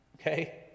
okay